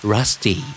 Rusty